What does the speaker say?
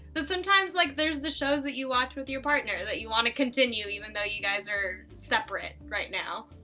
but sometimes, like there's the shows that you watch with your partner that you wanna continue even though you guys are separate right now.